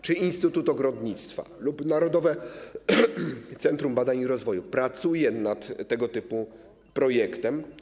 Czy Instytut Ogrodnictwa lub Narodowe Centrum Badań i Rozwoju pracuje nad tego typu projektem?